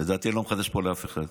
ולדעתי אני לא מחדש פה לאף אחד,